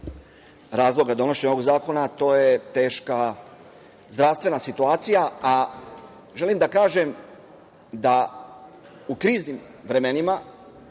razloga donošenja ovog zakona, to je teška zdravstvena situacija. Želim da kažem da u kriznim vremenima